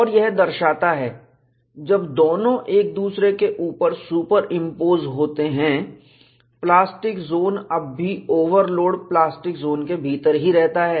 और यह दर्शाता है जब दोनों एक के ऊपर दूसरा सुपरइंपोज होते हैं प्लास्टिक जोन अब भी ओवरलोड प्लास्टिक जोन के भीतर ही रहता है